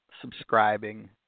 subscribing